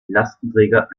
lastenträger